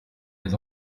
les